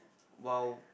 while